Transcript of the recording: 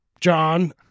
john